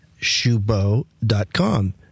shubo.com